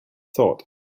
thought